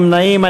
אין נמנעים.